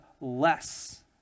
less